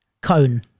Cone